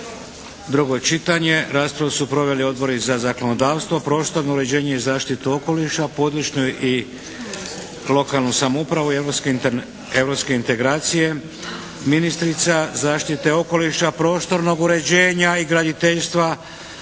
drugo čitanje. Raspravu su proveli Odbori za zakonodavstvo, prostorno uređenje i zaštitu okoliša, područnu i lokalnu samoupravu i europske integracije. Ministrica zaštite okoliša, prostornog uređenja i graditeljstva